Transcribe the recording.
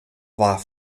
war